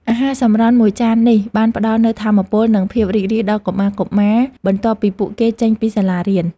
អាហារសម្រន់មួយចាននេះបានផ្តល់នូវថាមពលនិងភាពរីករាយដល់កុមារៗបន្ទាប់ពីពួកគេចេញពីសាលារៀន។